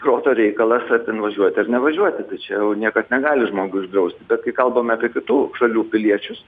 proto reikalas ar ten važiuoti ar nevažiuoti tai čia jau niekas negali žmogui uždrausti bet kai kalbam apie kitų šalių piliečius